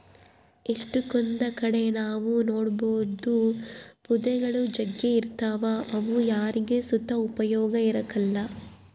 ಎಷ್ಟಕೊಂದ್ ಕಡೆ ನಾವ್ ನೋಡ್ಬೋದು ಪೊದೆಗುಳು ಜಗ್ಗಿ ಇರ್ತಾವ ಅವು ಯಾರಿಗ್ ಸುತ ಉಪಯೋಗ ಇರಕಲ್ಲ